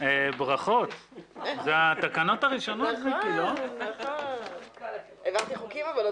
הישיבה ננעלה בשעה 15:10.